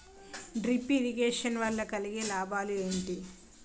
Drip irrigation వల్ల కలిగే లాభాలు ఏంటి?